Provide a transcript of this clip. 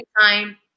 time